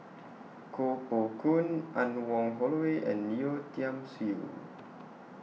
Koh Poh Koon Anne Wong Holloway and Yeo Tiam Siew